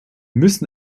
müssen